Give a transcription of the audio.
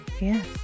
Yes